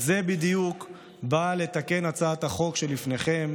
את זה בדיוק באה לתקן הצעת החוק שלפניכם,